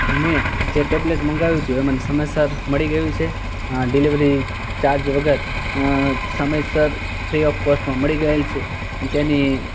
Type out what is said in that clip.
મેં જે ટેબ્લેટ મંગાવ્યું હતું એ મને સમયસર મળી ગયું છે અં ડિલિવરી ચાર્જ વગર અં સમયસર ફ્રી ઑફ કૉસ્ટમાં મળી ગયું છે તેની